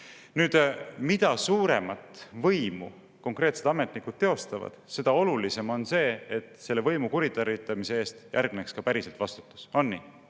tea. Nüüd, mida suuremat võimu konkreetsed ametnikud teostavad, seda olulisem on see, et selle võimu kuritarvitamise eest järgneks ka päriselt vastutus. On